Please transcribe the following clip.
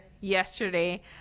yesterday